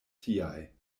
tiaj